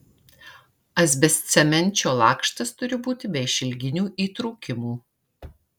asbestcemenčio lakštas turi būti be išilginių įtrūkimų